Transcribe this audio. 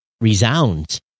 resounds